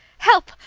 help!